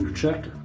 ah check,